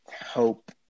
hope